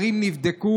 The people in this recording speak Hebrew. אני שואל,